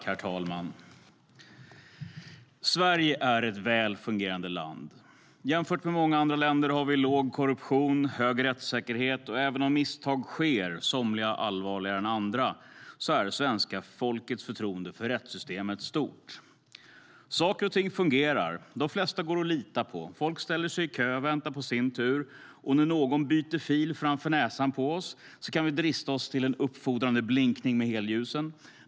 Herr talman! Sverige är ett väl fungerande land. Jämfört med många andra länder har vi låg korruption och hög rättssäkerhet. Även om misstag sker, somliga allvarligare än andra, är svenska folkets förtroende för rättssystemet stort. Saker och ting fungerar. De flesta går att lita på. Folk ställer sig i kö och väntar på sin tur. När någon byter fil framför näsan på oss kan vi drista oss till en uppfordrande blinkning med helljusen.